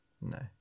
No